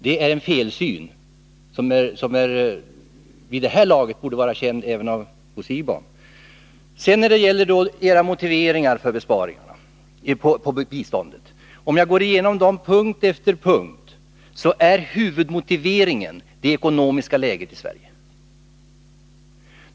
Det är en felsyn, vilket vid det här laget borde vara känt även av Bo Siegbahn. Om jag på punkt efter punkt går igenom era motiveringar för besparingar i fråga om biståndet, kan jag konstatera att er huvudmotivering är det ekonomiska läget i Sverige.